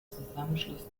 zusammenschluss